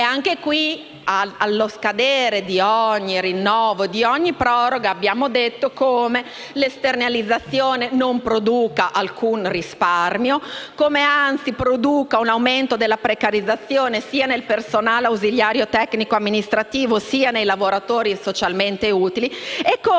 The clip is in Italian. allo scadere di ogni rinnovo e di ogni proroga, abbiamo detto come l'esternalizzazione non produca alcun risparmio e come, anzi, produca un aumento della precarizzazione sia nel personale amministrativo, tecnico e ausiliario, sia nei lavoratori socialmente utili, e come legate alla Consip ci siano